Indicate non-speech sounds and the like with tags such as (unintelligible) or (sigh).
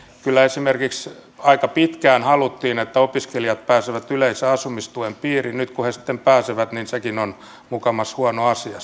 kyllä esimerkiksi aika pitkään haluttiin että opiskelijat pääsevät yleisen asumistuen piiriin ja nyt kun he sitten pääsevät niin sekin on mukamas huono asia (unintelligible)